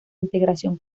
integración